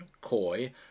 coy